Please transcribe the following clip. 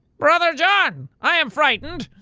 brother john, i am frightened!